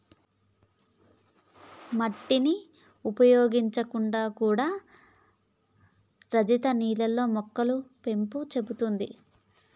మట్టిని ఉపయోగించకుండా కూడా రజిత నీళ్లల్లో మొక్కలు పెంపు చేత్తాంది